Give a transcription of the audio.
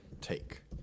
take